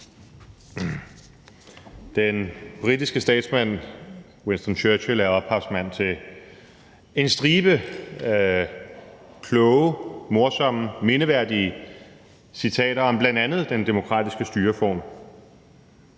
Den britiske statsmand Winston Churchill er ophavsmand til en stribe kloge, morsomme, mindeværdige citater om bl.a. den demokratiske styreform.